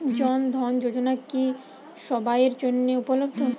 জন ধন যোজনা কি সবায়ের জন্য উপলব্ধ?